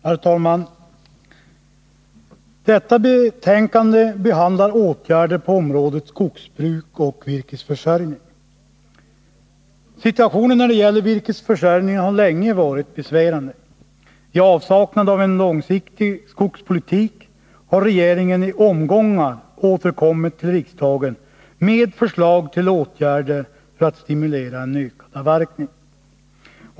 Herr talman! Detta betänkande behandlar åtgärder på området skogsbruk och virkesförsörjning. Situationen när det gäller virkesförsörjningen har länge varit besvärande. I avsaknad av en långsiktig skogspolitik har regeringen i omgångar återkommit till riksdagen med förslag till åtgärder för att stimulera till ökad avverkning.